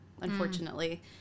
unfortunately